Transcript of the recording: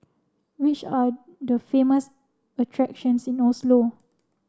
which are the famous attractions in Oslo